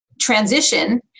transition